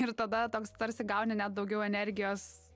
ir tada toks tarsi gauni net daugiau energijos